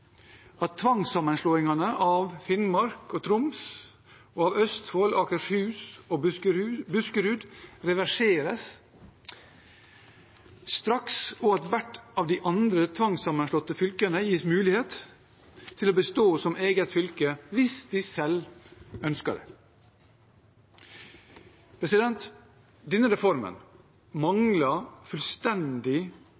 at tvangssammenslåingene av Finnmark og Troms og av Østfold, Akershus og Buskerud reverseres straks, og at hvert av de andre tvangssammenslåtte fylkene gis mulighet til å bestå som eget fylke hvis de selv ønsker det. Denne reformen